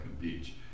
Beach